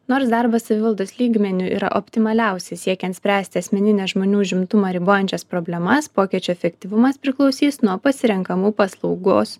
nors darbas savivaldos lygmeniu yra optimaliausias siekiant spręsti asmenines žmonių užimtumą ribojančias problemas pokečių efektyvumas priklausys nuo pasirenkamų paslaugos